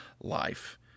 life